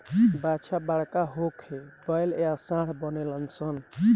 बाछा बड़का होके बैल या सांड बनेलसन